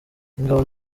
ingabo